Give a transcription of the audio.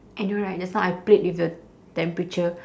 I know right just now I played with your temperature